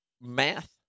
math